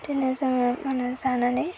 बिदिनो जोङो एवना जानानै